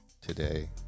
today